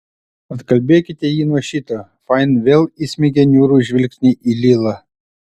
atkalbėkite jį nuo šito fain vėl įsmeigė niūrų žvilgsnį į lilą